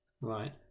right